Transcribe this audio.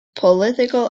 political